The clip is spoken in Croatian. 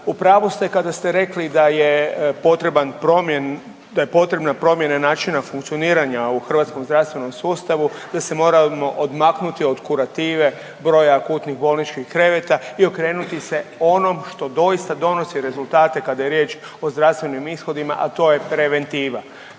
je potreban promjen…, da je potreba promjena načina funkcioniranja u hrvatskom zdravstvenom sustavu, da se moramo odmaknuti od kurative broja akutnih bolničkih kreveta i okrenuti se onom što doista donosi rezultate kada je riječ o zdravstvenim ishodima, a to je preventiva.